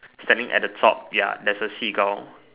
standing at the top ya there's a Seagull